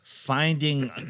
Finding